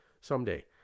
someday